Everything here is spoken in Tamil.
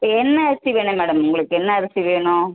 என்ன அரிசி வேணும் மேடம் உங்களுக்கு என்ன அரிசி வேணும்